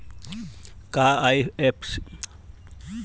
का IFSC code लिखल जरूरी बा साहब?